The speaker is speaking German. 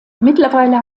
mittlerweile